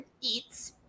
Eats